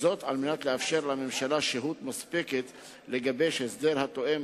כדי לאפשר לממשלה שהות מספקת לגבש הסדר התואם